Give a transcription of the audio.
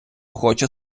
хоче